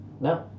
no